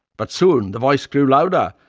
but soon the voice grew louder.